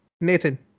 Nathan